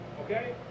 okay